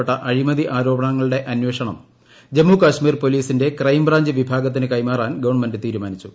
ജീസ്പ്പെട്ട അഴിമതി ആരോപണങ്ങളുടെ അന്വേഷണം ജമ്മു കാർമ്മീർ ്പൊലീസിന്റെ ക്രൈംബ്രാഞ്ച് വിഭാഗത്തിന് കൈമാറാൻ ഗവൺമെന്റ് തീരുമാനിച്ചു